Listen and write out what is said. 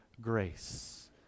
grace